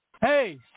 Hey